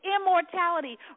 immortality